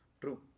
True